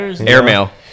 Airmail